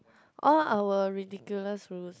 all our ridiculous rule